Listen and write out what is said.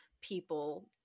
people